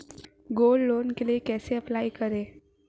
Gold loan के लिए कैसे अप्लाई करें?